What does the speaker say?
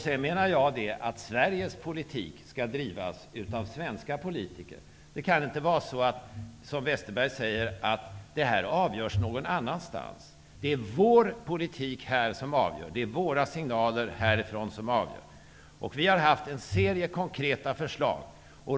Sedan menar jag att Sveriges politik skall drivas av svenska politiker. Det kan inte vara så, som Westerberg säger, att det här avgörs någon annanstans. Det är vår politik som avgör, det är våra signaler härifrån som avgör. Vi har haft en serie konkreta förslag.